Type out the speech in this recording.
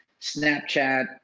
Snapchat